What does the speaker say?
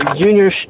junior